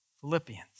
Philippians